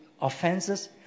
offenses